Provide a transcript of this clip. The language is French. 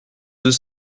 deux